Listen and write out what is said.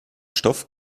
stoff